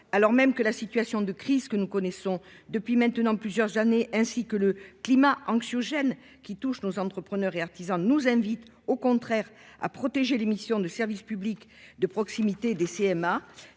alors même que la situation de crise que nous connaissons depuis maintenant plusieurs années et le climat anxiogène qui touche nos entrepreneurs et artisans nous invitent au contraire à protéger les missions de service public de proximité des CMA.